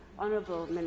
Honourable